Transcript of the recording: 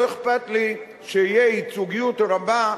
לא אכפת לי שתהיה ייצוגיות רבה.